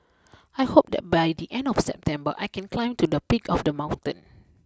I hope that by the end of September I can climb to the peak of the mountain